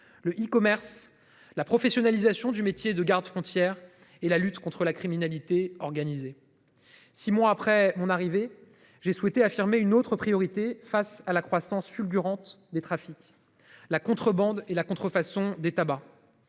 le E-commerce la professionnalisation du métier de gardes frontières et la lutte contre la criminalité organisée. Six mois après mon arrivée, j'ai souhaité affirmer une autre priorité face à la croissance fulgurante des trafics. La contrebande et la contrefaçon des tabacs.